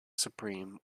supreme